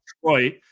Detroit